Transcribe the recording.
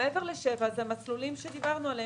מעבר ל-7 קילומטרים זה המסלולים שדיברנו עליהם,